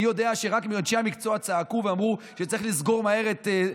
אני יודע שרק אנשי המקצוע צעקו ואמרו שצריך לסגור מהר את,